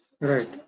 Right